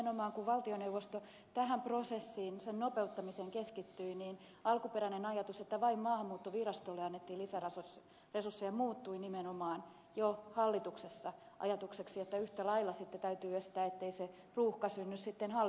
kun valtioneuvosto tähän prosessiin sen nopeuttamiseen keskittyi alkuperäinen ajatus että vain maa hanmuuttovirastolle annettaisiin lisäresursseja muuttui nimenomaan jo hallituksessa ajatukseksi että yhtä lailla sitten täytyy estää sen ruuhkan syntyminen sitten hallinto oikeuksiin